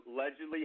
allegedly